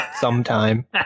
sometime